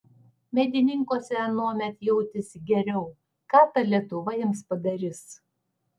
medininkuose anuomet jautėsi geriau ką ta lietuva jiems padarys